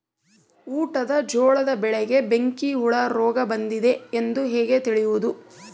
ಊಟದ ಜೋಳದ ಬೆಳೆಗೆ ಬೆಂಕಿ ಹುಳ ರೋಗ ಬಂದಿದೆ ಎಂದು ಹೇಗೆ ತಿಳಿಯುವುದು?